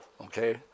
okay